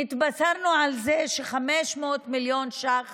נתבשרנו ש-500 מיליון ש"ח